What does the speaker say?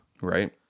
right